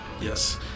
yes